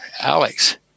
Alex